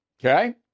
Okay